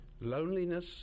Loneliness